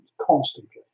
constantly